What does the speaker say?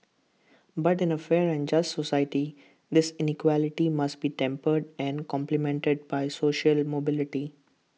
but in A fair and just society this inequality must be tempered and complemented by social mobility